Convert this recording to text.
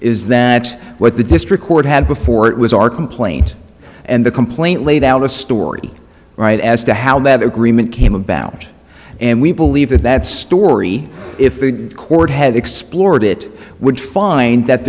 is that what the district court had before it was our complaint and the complaint laid out a story right as to how that agreement came about and we believe that that story if the court had explored it would find that